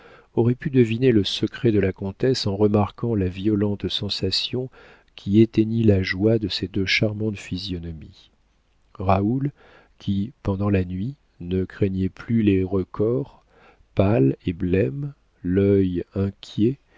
aurait pu deviner le secret de la comtesse en remarquant la violente sensation qui éteignit la joie de ces deux charmantes physionomies raoul qui pendant la nuit ne craignait plus les recors pâle et blême l'œil inquiet